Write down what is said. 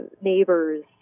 neighbors